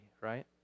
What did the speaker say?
right